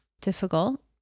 difficult